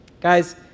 Guys